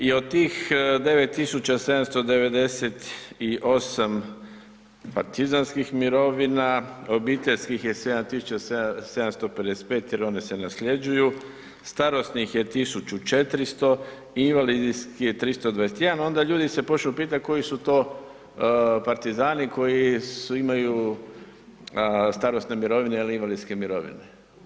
I od tih 9.798 partizanskih mirovina, obiteljskih je 7.755 jer one se nasljeđuju, starosnih je 1.400, invalidskih je 321 onda se ljudi počnu pitati koji su to partizani koji imaju starosne mirovine ili invalidske mirovine.